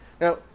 Now